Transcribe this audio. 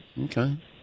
Okay